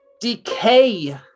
decay